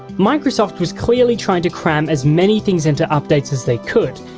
microsoft was clearly trying to cram as many things into updates as they could,